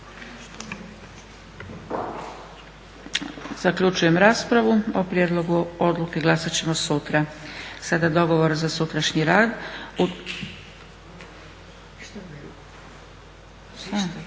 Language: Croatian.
Zaključujem raspravu. O prijedlogu odluke glasat ćemo sutra. Sada dogovor za sutrašnji rad.